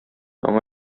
аңа